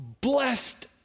blessed